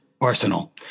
arsenal